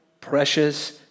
precious